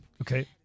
Okay